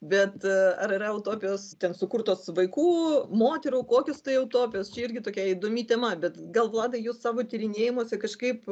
bet ar yra utopijos ten sukurtos vaikų moterų kokios tai utopijos irgi tokia įdomi tema bet gal vladai jūs savo tyrinėjimuose kažkaip